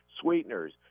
sweeteners